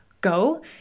go